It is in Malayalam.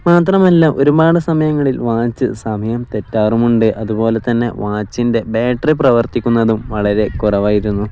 മാത്രമല്ല ഒരുപാട് സമയങ്ങളിൽ വാച്ച് സമയം തെറ്റാറുമുണ്ട് അതുപോലെ തന്നെ വാച്ചിൻ്റെ ബാറ്ററി പ്രവർത്തിക്കുന്നതും വളരെ കുറവായിരുന്നു